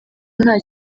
nta